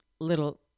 little